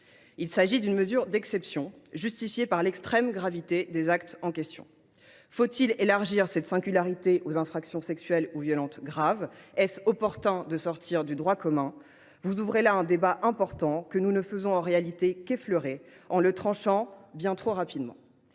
Il s’agit d’une mesure d’exception, justifiée par l’extrême gravité des actes en question. Faut il élargir cette singularité aux infractions sexuelles ou violentes graves ? Est ce opportun de sortir du droit commun ? Vous ouvrez là un débat important, que nous ne faisons en réalité qu’effleurer, en le tranchant bien trop rapidement.